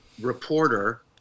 reporter